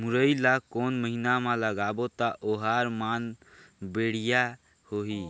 मुरई ला कोन महीना मा लगाबो ता ओहार मान बेडिया होही?